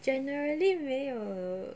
generally 没有